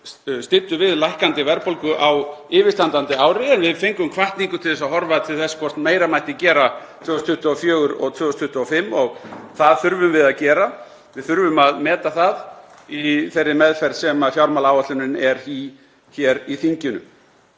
styddu við lækkandi verðbólgu á yfirstandandi ári, en við fengum hvatningu til þess að horfa til þess hvort meira mætti gera 2024 og 2025. Það þurfum við að gera. Við þurfum að meta það í þeirri meðferð sem fjármálaáætlunin er hér í þinginu.